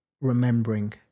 remembering